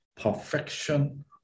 perfection